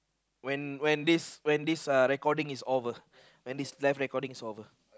when when this when this uh recording is over when this live recording is over